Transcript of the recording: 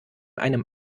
einem